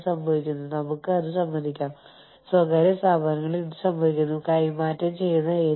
ഇത് ഞാൻ ഈ ക്ലാസിന്റെ തുടക്കത്തിൽ നിങ്ങളോട് പറഞ്ഞതിന്റെ ഒരു മൊത്തത്തിലുള്ള വിശകലനം അല്ലെങ്കിൽ പുനരവലോകനം ആണ്